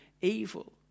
evil